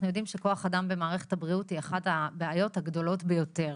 אנחנו יודעים שכוח אדם במערכת הבריאות היא אחת הבעיות הגדולות ביותר.